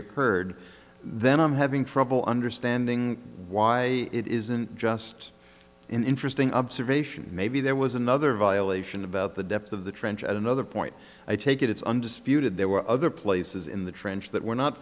occurred then i'm having trouble understanding why it isn't just an interesting observation maybe there was another violation about the depth of the trench at another point i take it it's undisputed there were other places in the trench that were not